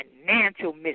financial